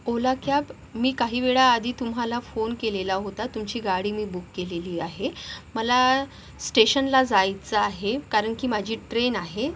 ओला cab मी काही वेळाआधी तुम्हाला फोन केलेला होता तुमची गाडी मी बुक केलेली आहे मला स्टेशनला जायचं आहे कारण की माझी ट्रेन आहे